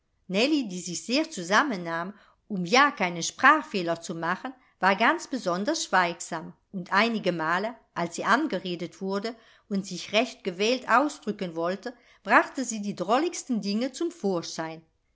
die sich sehr zusammennahm um ja keinen sprachfehler zu machen war ganz besonders schweigsam und einige male als sie angeredet wurde und sich recht gewählt ausdrücken wollte brachte sie die drolligsten dinge zum vorschein